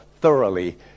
thoroughly